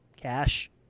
cash